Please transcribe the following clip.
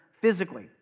physically